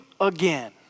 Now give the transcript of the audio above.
again